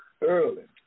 early